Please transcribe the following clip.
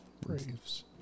Braves